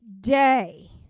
day